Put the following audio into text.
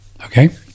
Okay